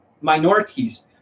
minorities